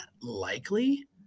likely